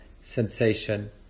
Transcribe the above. sensation